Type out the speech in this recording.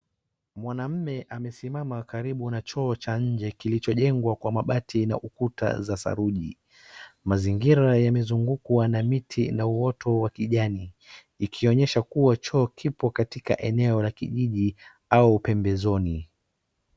Mwamume amesimama karibu na choo cha nje kilicho jengwa ka mabati na ukuta za saruji. Mazingira yamezungukwa na miti na uoto wa kijani ikionyesha kuwa choo kipo katika eneo la kijiji au pembezoni.